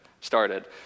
started